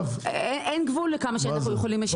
אין גבול לכמה שאנחנו יכולים לשלם?